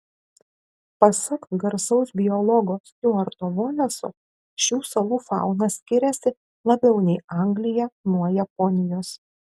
pasak garsaus biologo stiuarto voleso šių salų fauna skiriasi labiau nei anglija nuo japonijos